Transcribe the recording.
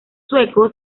sueco